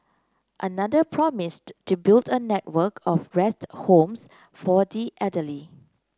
another promised to build a network of rest homes for the elderly